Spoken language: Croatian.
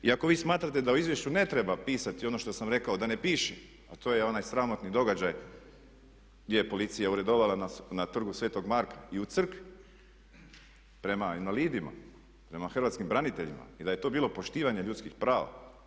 I ako vi smatrate da u izvješću ne treba pisati ono što sam rekao da ne piše a to je onaj sramotni događaj gdje je policija uredovala na Trgu sv. Marka i u crkvi prema invalidima, prema hrvatskim braniteljima i da je to bilo poštivanje ljudskih prava.